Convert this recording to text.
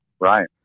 Right